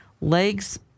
legs